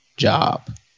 job